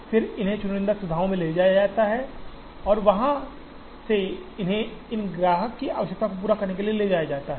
फिर इन्हें चुनिंदा सुविधाओं में ले जाया जाता है और वहां से इन्हें इन ग्राहकों की आवश्यकताओं को पूरा करने के लिए ले जाया जाता है